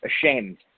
ashamed